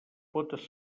potes